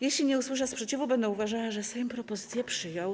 Jeśli nie usłyszę sprzeciwu, będę uważała, że Sejm propozycje przyjął.